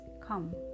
come